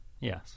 Yes